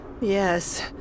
Yes